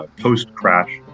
post-crash